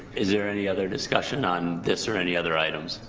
is there any other discussion on this or any other items